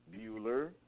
Bueller